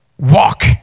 Walk